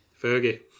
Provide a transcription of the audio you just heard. Fergie